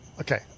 Okay